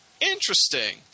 interesting